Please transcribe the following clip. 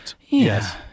Yes